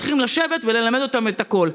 שצריכים לשבת וללמד אותם את הכול.